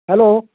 hello